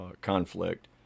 conflict